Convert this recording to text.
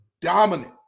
dominant